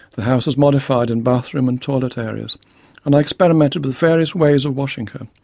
the house was modified in bathroom and toilet areas and i experimented with various ways of washing her.